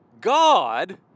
God